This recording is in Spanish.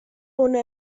una